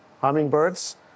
hummingbirds